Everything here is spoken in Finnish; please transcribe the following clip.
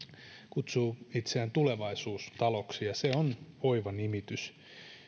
kutsuu itseään tulevaisuustaloksi ja se on oiva nimitys